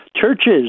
Churches